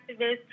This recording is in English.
activists